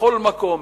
בכל מקום,